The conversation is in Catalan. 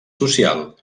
social